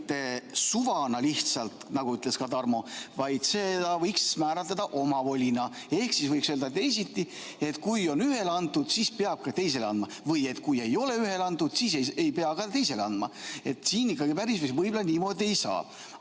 suvana lihtsalt, nagu ütles ka Tarmo, vaid seda võiks määratleda omavolina. Ehk siis võiks öelda teisiti: kui on ühele antud, siis peab teisele andma, või kui ei ole ühele antud, siis ei pea ka teisele andma. Siin ikkagi võib‑olla päris niimoodi ei saa. Aga